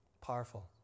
Powerful